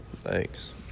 Thanks